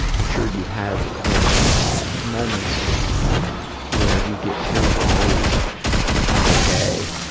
i'm sure you've had those moments where you get terrible news on a day,